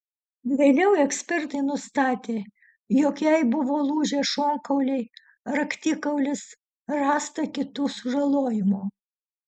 vėliau ekspertai nustatė jog jai buvo lūžę šonkauliai raktikaulis rasta kitų sužalojimų